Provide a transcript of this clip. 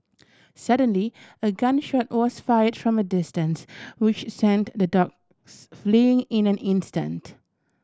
suddenly a gun shot was fired from a distance which sent the dogs fleeing in an instant